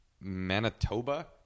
Manitoba